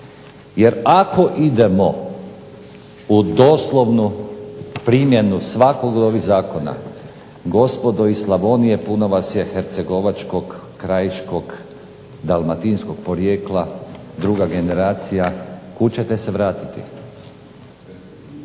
Jer ako idemo u doslovnu primjenu svakog od ovih zakona gospodo iz Slavonije puno vas je hercegovačkog, krajiškog, dalmatinskog porijekla, druga generacija, kud ćete se vratiti?